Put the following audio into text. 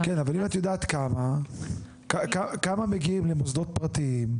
כן, אבל אם את יודעת כמה מגיעים למוסדות פרטיים?